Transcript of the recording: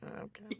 okay